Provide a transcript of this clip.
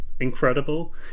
Incredible